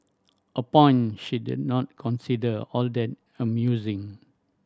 a point she did not consider all that amusing